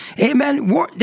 amen